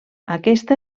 aquesta